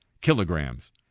kilograms